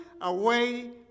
away